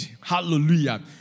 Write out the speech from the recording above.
Hallelujah